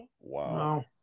wow